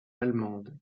allemande